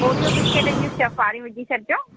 अच्छा ओरिओ बिस्किटनि जूं छ्ह फारियूं विझी छॾजो